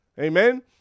Amen